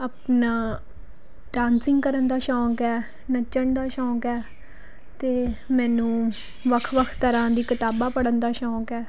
ਆਪਣਾ ਡਾਂਸਿੰਗ ਕਰਨ ਦਾ ਸ਼ੌਕ ਹੈ ਨੱਚਣ ਦਾ ਸ਼ੌਕ ਹੈ ਅਤੇ ਮੈਨੂੰ ਵੱਖ ਵੱਖ ਤਰ੍ਹਾਂ ਦੀ ਕਿਤਾਬਾਂ ਪੜ੍ਹਨ ਦਾ ਸ਼ੌਕ ਹੈ